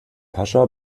pascha